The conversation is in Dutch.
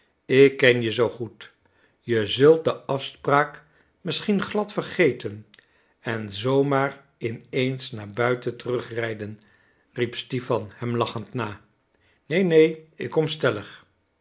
ik ken je zoo goed je zult de afspraak misschien glad vergeten en zoo maar in eens naar buiten terug rijden riep stipan hem lachend na neen neen ik kom stellig